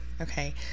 Okay